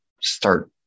start